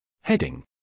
Heading